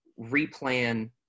replan